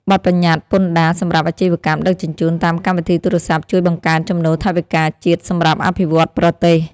បទប្បញ្ញត្តិពន្ធដារសម្រាប់អាជីវកម្មដឹកជញ្ជូនតាមកម្មវិធីទូរស័ព្ទជួយបង្កើនចំណូលថវិកាជាតិសម្រាប់អភិវឌ្ឍប្រទេស។